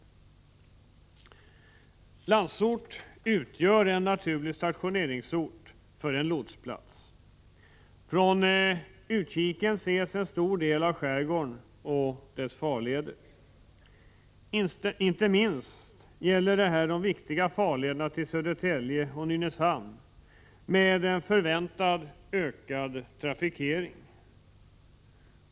Landsort utgör en naturlig stationeringsort för en lotsplats. Från dess utkik ses en stor del av skärgården och dess farleder. Inte minst gäller detta de viktiga farlederna till Södertälje och Nynäshamn med förväntad ökad trafikering.